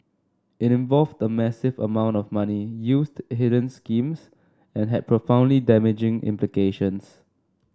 it involved the massive amount of money used hidden schemes and had profoundly damaging implications